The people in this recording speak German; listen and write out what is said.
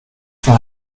von